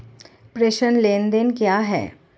प्रेषण लेनदेन क्या है?